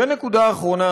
ונקודה אחרונה,